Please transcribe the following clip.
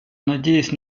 надеюсь